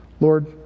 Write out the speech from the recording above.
Lord